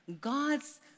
God's